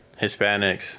Hispanics